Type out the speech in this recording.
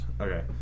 Okay